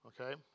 Okay